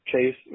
Chase